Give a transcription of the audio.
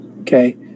okay